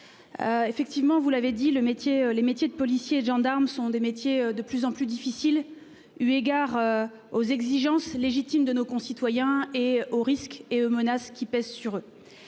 Effectivement, vous l'avez dit, le métier, les métiers de policiers et de gendarmes, sont des métiers de plus en plus difficile. Eu égard aux exigences légitimes de nos concitoyens et aux risques et aux menaces qui pèsent sur eux.